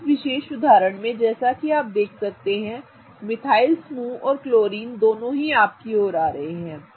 अब इस विशेष उदाहरण में जैसा कि आप देख सकते हैं कि मिथाइल समूह और क्लोरीन दोनों ही आपकी ओर आ रहे हैं